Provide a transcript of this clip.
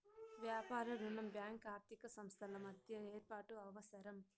వ్యాపార రుణం బ్యాంకు ఆర్థిక సంస్థల మధ్య ఏర్పాటు అవసరం